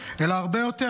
אלא זה הרבה יותר,